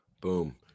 Boom